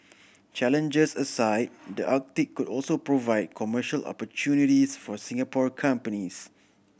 challenges aside the Arctic could also provide commercial opportunities for Singapore companies